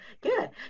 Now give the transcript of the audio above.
Good